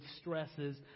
stresses